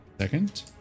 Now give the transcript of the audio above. second